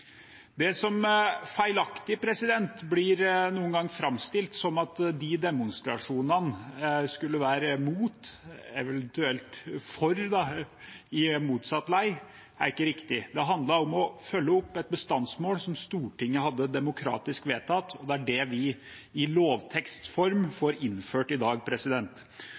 Det blir noen ganger feilaktig framstilt som at de demonstrasjonene skulle være mot – eventuelt for, da, i motsatt lei. Det er ikke riktig. Det handlet om å følge opp et bestandsmål som Stortinget hadde demokratisk vedtatt, og det er det vi i lovteksts form får innført i dag,